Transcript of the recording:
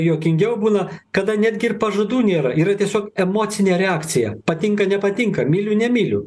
juokingiau būna kada netgi pažadų nėra yra tiesiog emocinė reakcija patinka nepatinka myliu nemyliu